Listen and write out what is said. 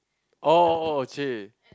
oh oh oh !chey!